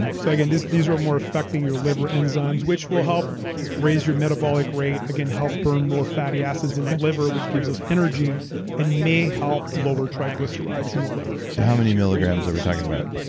and so again, these these were more effecting your liver enzymes, which will help raise your metabolic rate. again, help burn more fatty acids in the liver, which gives us energy and may help lower triglycerides in the liver. so how many milligrams are we talking about?